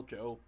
Joe